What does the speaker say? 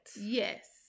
yes